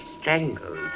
strangled